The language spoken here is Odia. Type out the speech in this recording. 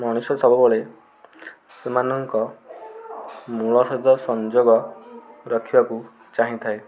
ମଣିଷ ସବୁବେଳେ ସେମାନଙ୍କ ମୂଳ ସହିତ ସଂଯୋଗ ରଖିବାକୁ ଚାହିଁଥାଏ